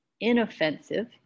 inoffensive